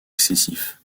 excessif